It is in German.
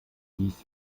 dies